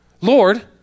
Lord